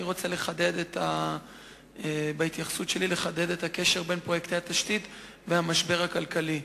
אני רוצה בהתייחסות שלי לחדד את הקשר בין פרויקטי התשתית והמשבר הכלכלי.